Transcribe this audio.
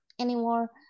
anymore